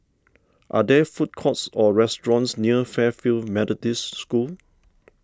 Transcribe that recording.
are there food courts or restaurants near Fairfield Methodist School